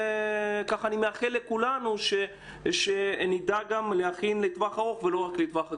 אני מאחל לכולנו שנדע להכין לטווח הארוך ולא רק לטווח הקצר.